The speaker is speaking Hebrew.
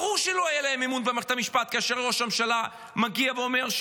ברור שלא יהיה להם אמון במערכת המשפט כאשר ראש הממשלה מגיע ואומר: